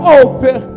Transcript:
open